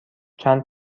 چند